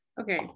Okay